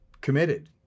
committed